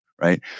Right